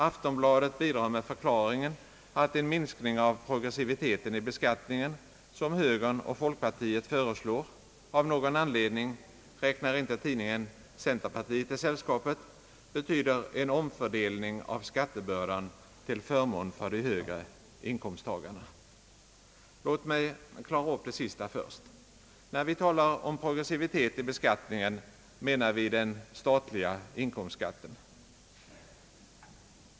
Aftonbladet bidrar med förklaringen att en minskning av progressiviteten i beskattningen, som högern och folkpartiet föreslår — av någon anledning räknas inte centerpartiet till sällskapet — betyder en omfördelning av skattebördan till förmån för de högre inkomsttagarna. Låt mig klara upp det sista först. När vi talar om progressivitet i beskattningen menar vi den statliga inkomstskatten.